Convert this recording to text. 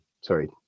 sorry